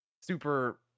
super